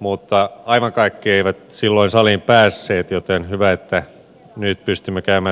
mutta aivan kaikki eivät silloin saliin päässeet joten hyvä että nyt pystymme käymään tätä keskustelua päiväsaikaan